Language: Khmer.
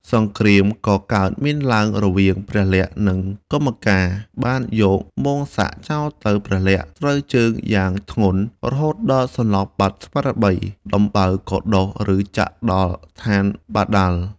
សង្គ្រាមក៏កើតមានឡើង រវាងព្រះលក្សណ៍ និងកុម្ពកាណ៍បានយកមោង្គសក្តិចោលទៅ ព្រះលក្សណ៍ត្រូវជើងយ៉ាងធ្ងន់ រហូតដល់សន្លប់បាត់ស្មារតី ដំបៅក៏ដុះឫសចាក់ដល់ឋានបាតាល។